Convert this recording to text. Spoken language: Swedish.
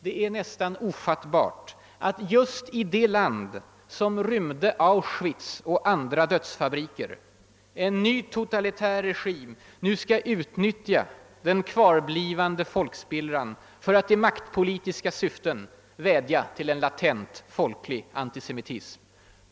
Det är nästan ofattbart att just i det land, som rymde Auschwitz och andra dödsfabriker, en ny totalitär regim nu skall utnyttja den kvarblivande folkspillran för att i maktpolitiska syften vädja till en latent folklig antisemitism.